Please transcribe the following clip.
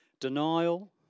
Denial